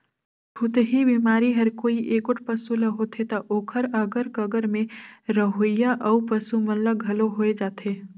छूतही बेमारी हर कोई एगोट पसू ल होथे त ओखर अगर कगर में रहोइया अउ पसू मन ल घलो होय जाथे